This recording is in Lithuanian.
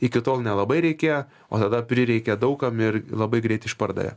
iki tol nelabai reikėjo o tada prireikė daug kam ir labai greit išpardavė